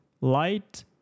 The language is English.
light